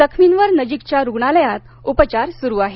जखमींवर नजीकच्या रुग्णालयात उपचार सुरु आहेत